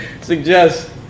suggest